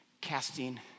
casting